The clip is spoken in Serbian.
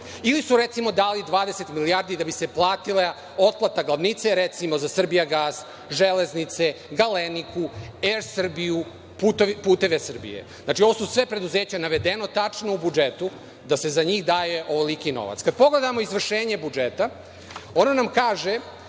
Ili su recimo, dali 20 milijardi da bi se platila otplata glavnice, recimo za „Srbijagas“, „Železnice“, „Galeniku“, „Er Srbiju“, „Putevi Srbije“. Ovo su sve preduzeća navedena tačno u budžetu da se za njih daje ovoliki novac. Kada pogledamo izvršenje budžeta, ono nam kaže